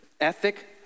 ethic